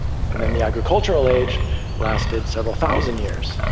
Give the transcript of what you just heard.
and then the agricultural age lasted several thousand years.